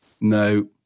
no